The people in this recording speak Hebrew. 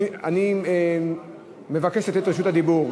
אני מבקש לתת את רשות הדיבור,